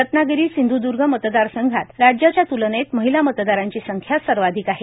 रत्नागिरी सिंध्दर्ग मतदारसंघात राज्याच्या त्लनेत महिला मतदारांची संख्या सर्वाधिक आहे